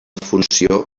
funció